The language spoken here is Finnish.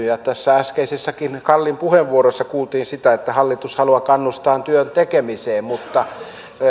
ja tässä äskeisessäkin kallin puheenvuorossa kuultiin että hallitus haluaa kannustaa työn tekemiseen mutta